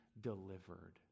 delivered